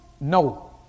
No